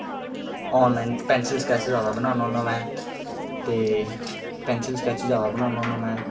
online pencil sketch ज्यादा बनाना होन्ना में ते पैंसल स्कैच ज्यादा बनाना होन्ना में